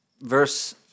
verse